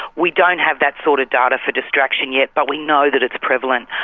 we don't have that sort of data for distraction yet but we know that it's prevalent.